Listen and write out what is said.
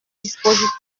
dispositif